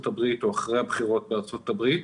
הברית או אחרי הבחירות בארצות הברית.